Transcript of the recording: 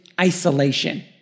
isolation